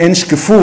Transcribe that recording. אם אין שקיפות,